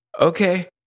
Okay